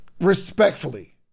Respectfully